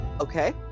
Okay